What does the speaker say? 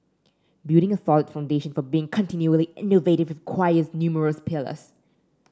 building a solid foundation for being continually innovative requires numerous pillars